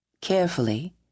Carefully